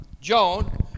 Joan